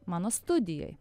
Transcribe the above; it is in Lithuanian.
mano studijoj